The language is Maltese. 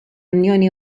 unjoni